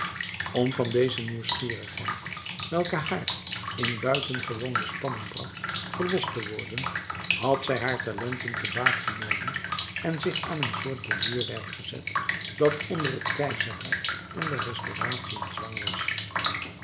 om van deze nieuwsgierigheid welke haar in buitengewone spanning bracht verlost te worden had zij haar talenten te baat genomen en zich aan een soort borduurwerk gezet dat onder het keizerrijk en de restauratie in zwang was